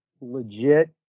legit